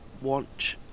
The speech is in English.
want